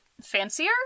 fancier